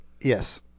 Yes